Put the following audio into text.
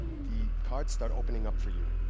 the cards start opening up for you.